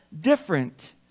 different